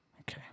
Okay